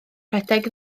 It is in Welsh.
rhedeg